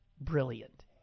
brilliant